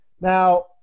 Now